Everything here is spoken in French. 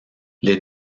les